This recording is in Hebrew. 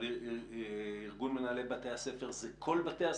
אבל ארגון מנהלי בתי הספר זה כל בתי הספר,